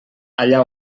allà